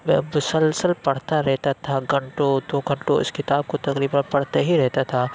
میں مسلسل پڑھتا رہتا تھا گھنٹوں دو گھنٹوں اُس کتاب کو تقریباً پڑھتے ہی رہتا تھا